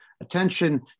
attention